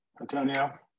Antonio